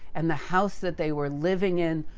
and the house that they were living in,